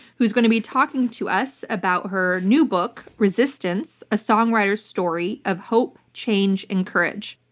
who's going to be talking to us about her new book, resistance a songwriter's story of hope, change, and courage.